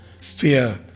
fear